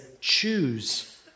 choose